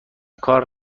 کار